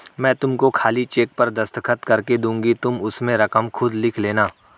मैं तुमको खाली चेक पर दस्तखत करके दूँगी तुम उसमें रकम खुद लिख लेना